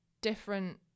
different